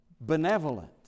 benevolent